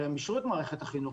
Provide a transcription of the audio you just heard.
הרי הם אישרו את מערכת החינוך.